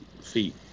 feet